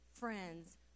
friends